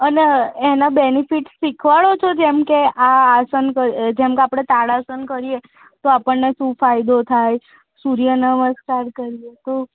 અન એના બેનિફિટ શીખવાડો છો જેમકે આ આસન જેમકે તાડાસન કરીએ તો આપણને શું ફાયદો થાય સૂર્ય નમસ્કાર કરીએ તો